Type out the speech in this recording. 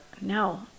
No